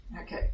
Okay